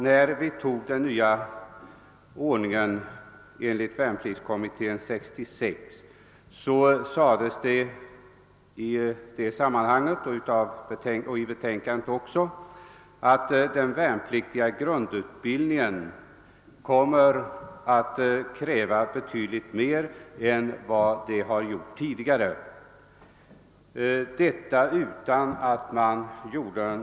När vi antog den nya värnpliktsordningen enligt förslag av värnpliktskommittén 1966 sades det att de värnpliktigas grundutbildning skulle komma att kräva betydligt mer av till förfogande stående resurser än vad den hade gjort tidigare.